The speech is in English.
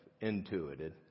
intuited